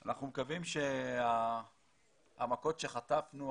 אנחנו מקווים שהמכות שחטפנו,